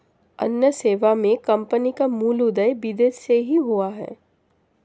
अन्य सेवा मे कम्पनी का मूल उदय विदेश से ही हुआ है